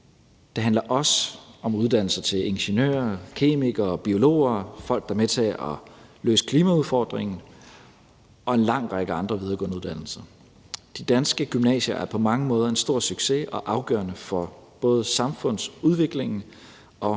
Det handler også om uddannelserne til ingeniør, kemiker, biolog og uddannelserne til folk, der er med til at løse klimaudfordringen, og en lang række andre videregående uddannelser. De danske gymnasier er på mange måder en stor succes og afgørende for både samfundsudviklingen,